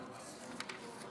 מנגנון שבת למשאבת מים),